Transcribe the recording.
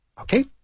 okay